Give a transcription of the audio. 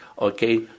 okay